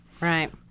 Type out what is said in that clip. Right